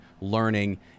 learning